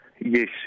Yes